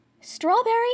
Strawberry